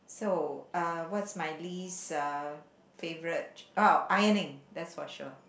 so uh what's my least uh favorite ch~ oh ironing that's for sure